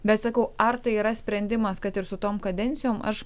bet sakau ar tai yra sprendimas kad ir su tom kadencijom aš